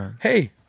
Hey